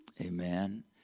Amen